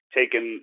taken